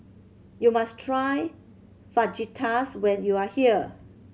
you must try Fajitas when you are here